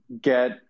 get